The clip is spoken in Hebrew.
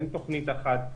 אין תוכנית אחת,